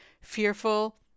fearful